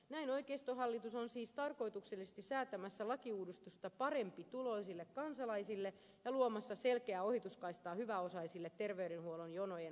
näin oikeistohallitus on siis tarkoituksellisesti säätämässä lakiuudistusta parempituloisille kansalaisille ja luomassa selkeää ohituskaistaa hyväosaisille terveydenhuollon jonojen ohittamiseen